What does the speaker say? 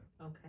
Okay